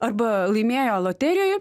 arba laimėjo loterijoj